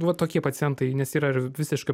va tokie pacientai nes yra visiška